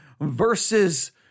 versus